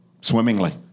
swimmingly